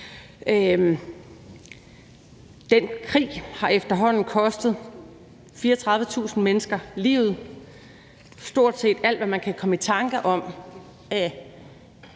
Den krig har efterhånden kostet 34.000 mennesker livet. Stort set alt, hvad man kan komme i tanker om